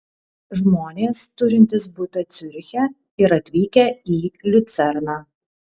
žmonės turintys butą ciuriche ir atvykę į liucerną